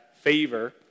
favor